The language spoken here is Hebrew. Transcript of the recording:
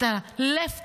את ה- leftovers,